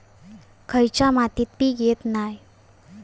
खयच्या मातीत पीक येत नाय?